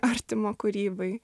artimo kūrybai